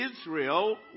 Israel